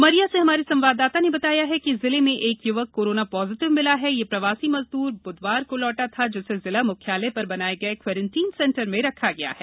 उमरिया से हमारे संवाददाता ने बताया है कि जिले में एक य्वक कोरोना पाजिटिव मिला है ये प्रवासी मजदूर बुधवार को लौटा था जिसे जिला म्ख्यालय पर बनाये गये क्वरांटाइन सेन्टर में रखा गया है